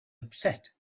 upset